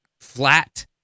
flat